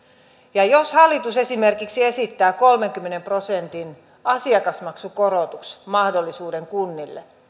ja jos hallitus esimerkiksi esittää kolmenkymmenen prosentin asiakasmaksukorotusmahdollisuuden kunnille